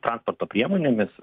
transporto priemonėmis